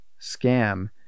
scam